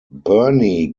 burney